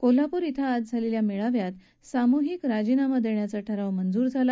कोल्हापूर श्रिं आज झालेल्या मेळाव्यात सामूहिक राजीनामा देण्याचा ठराव मंजूर झाला